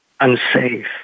unsafe